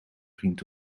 vriend